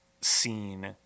scene